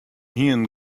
hienen